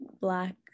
Black